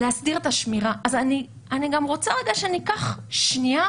להסדיר את השמירה אני רוצה שניקח שנייה